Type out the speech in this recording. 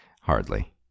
Hardly